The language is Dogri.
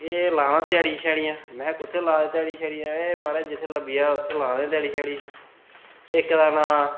एह् लाना ध्याड़ियां शेयाड़ियां में कुत्थै ला दे ओह् ध्याड़ियां शेयाड़ियां एह् महाराज जित्थै लब्भी जाए उत्थै ला दे ध्याड़ी शेयाड़ी इक दा नांऽ